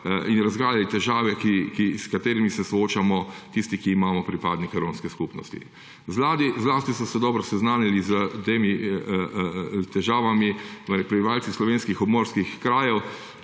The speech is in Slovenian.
države težave, s katerimi se soočamo tisti, ki imamo pripadnike romske skupnosti. Zlasti so se dobro seznanili s temi težavami prebivalci slovenskih obmorskih krajev,